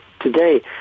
Today